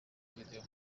video